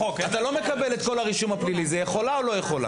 אתה לא מקבל את כל הרישום הפלילי אלא אם היא יכולה או לא יכולה.